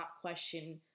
question